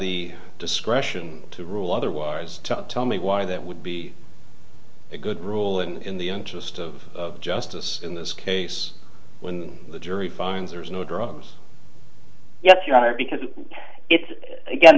the discretion to rule otherwise tell me why that would be a good rule in the interest of justice in this case when the jury finds there's no drums yet your honor because it's again